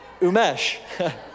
Umesh